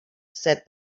said